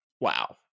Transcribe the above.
Wow